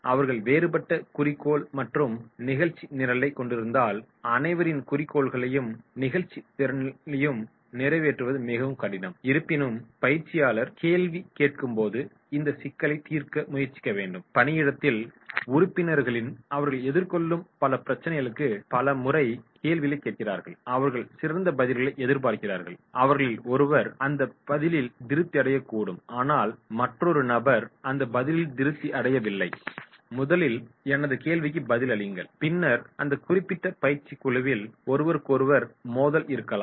அவர்கள் வேறுபட்ட குறிக்கோள் மற்றும் நிகழ்ச்சி நிரலைக் கொண்டிருந்தால் அனைவரின் குறிக்கோள்களையும் நிகழ்ச்சி நிரலையும் நிறைவேற்றுவது மிகவும் கடினம் இருப்பினும் பயிற்சியாளர் கேள்வி கேட்கும்போது இந்த சிக்கலைத் தீர்க்க முயற்சிக்க வேண்டும் பணியிடத்தில் உறுப்பினர்கள் அவர்கள் எதிர்கொள்ளும் பல பிரச்சனைகளுக்கு பல முறை கேள்விகளைக் கேட்கிறார்கள் அவர்கள் சிறந்த பதில்களை எதிர்பார்கிறார்கள் அவர்களில் ஒருவர் அந்த பதிலில் திருப்தி அடைய கூடும் ஆனால் மற்றொரு நபர் அந்த பதிலில் திருப்தி அடையவில்லை முதலில் எனது கேள்விக்கு பதில் அளியுங்கள் பின்னர் அந்த குறிப்பிட்ட பயிற்சி குழுவில் ஒருவுருக்கொருவர் மோதல் இருக்கலாம்